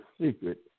secret